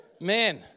Man